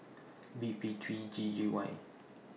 B P three G G Y